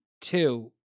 two